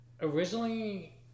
originally